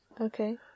Okay